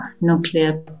nuclear